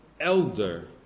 elder